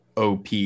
op